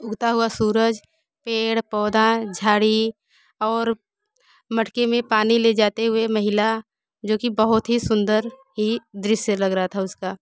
उगता हुआ सूरज पेड़ पौधा झाड़ी और मटके में पानी ले जाते हुए महिला जोकि बहुत ही सुन्दर ही दृश्य लग रहा था उसका